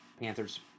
Panthers